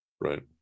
right